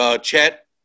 Chet